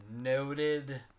noted